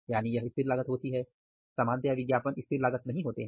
यदि यह स्थिर लागत होती है सामान्यतया विज्ञापन स्थिर लागत नहीं होती है